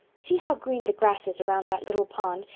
see how green the grass is around that little pond,